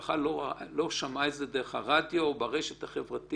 המשפחה לא שמעה את זה ברדיו או ברשתות החברתיות.